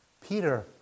Peter